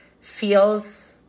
feels